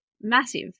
massive